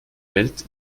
welt